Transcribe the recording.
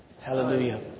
Hallelujah